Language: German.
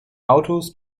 autos